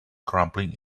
crumbling